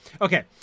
okay